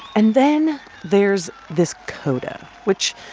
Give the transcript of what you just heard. and then there's this coda, which,